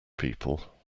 people